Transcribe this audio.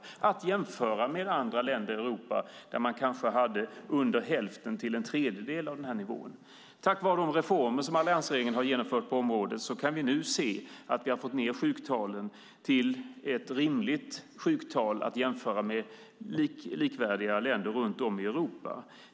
Detta kan jämföras med andra länder i Europa där man kanske hade mindre än hälften eller en tredjedel av denna nivå. Tack vare de reformer som alliansregeringen har genomfört på området kan vi nu se att vi har fått ned sjuktalen till en rimlig nivå som kan jämföras med likvärdiga länder runt om i Europa.